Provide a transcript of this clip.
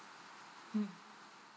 mm